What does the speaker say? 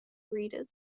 readers